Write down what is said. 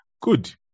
good